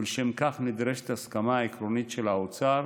ולשם כך נדרשת הסכמה עקרונית של האוצר